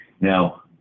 Now